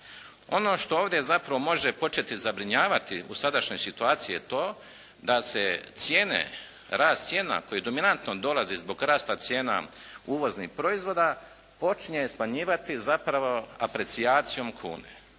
Ono što ovdje zapravo može početi zabrinjavati u sadašnjoj situaciji je to da se cijene, rast cijena koji dominantno dolazi zbog rasta cijena uvoznih proizvoda počinje smanjivati zapravo aprecijacijom kune,